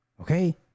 okay